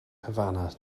havana